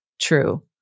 true